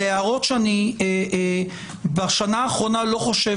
זה הערות שאני בשנה האחרונה לא חושב